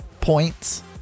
points